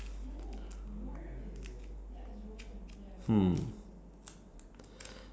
hmm